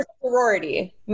sorority